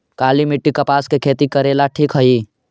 काली मिट्टी, कपास के खेती करेला ठिक हइ?